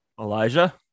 Elijah